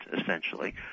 essentially